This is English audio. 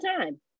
time